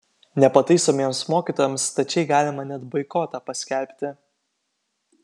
nepataisomiems mokytojams stačiai galima net boikotą paskelbti